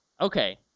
Okay